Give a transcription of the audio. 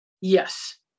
Yes